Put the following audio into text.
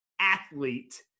athlete